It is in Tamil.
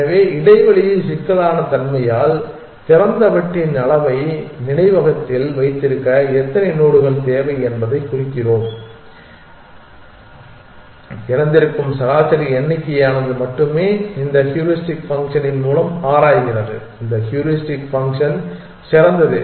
எனவே இடைவெளி சிக்கலான தன்மையால் திறந்த வட்டின் அளவை நினைவகத்தில் வைத்திருக்க எத்தனை நோடுகள் தேவை என்பதைக் குறிக்கிறோம் திறந்திருக்கும் சராசரி எண்ணிக்கையானது மட்டுமே இந்த ஹூரிஸ்டிக் ஃபங்க்ஷனின் மூலம் ஆராய்கிறது இந்த ஹூரிஸ்டிக் ஃபங்க்ஷன் சிறந்தது